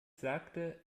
sagte